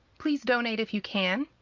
please donate if you can.